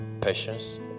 patience